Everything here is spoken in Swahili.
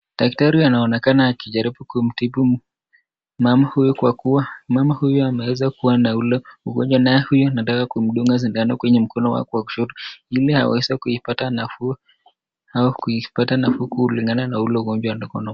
Daktari anaonekana akijaribu kumtibu mama huyu kwa kua mama huyu ameweza kua na ule ugonjwa naye huyu anataka kumdunda sindano kwenye mkono wake wa kushoto iliaweze kuipata nafuu au kuipata nafuu kulingana na ule ugonjwa ako nao.